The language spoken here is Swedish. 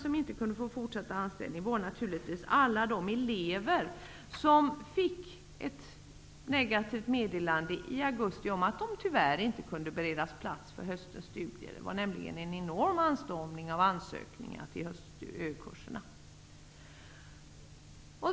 Men än värre var det naturligtvis för alla de elever som fick ett negativt meddelande i augusti om att de tyvärr inte kunnat beredas plats för höstens studier. Det var nämligen en enorm anstormning av ansökningar till höstkurserna.